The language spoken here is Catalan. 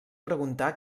preguntar